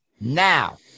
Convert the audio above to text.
Now